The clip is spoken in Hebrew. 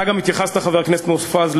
חבר הכנסת מופז,